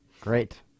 Great